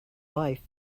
life